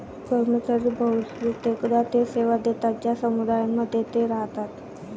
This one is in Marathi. कर्मचारी बहुतेकदा ते सेवा देतात ज्या समुदायांमध्ये ते राहतात